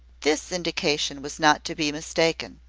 this indication was not to be mistaken.